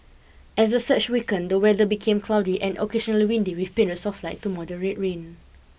as the surge weakened the weather became cloudy and occasionally windy with periods of light to moderate rain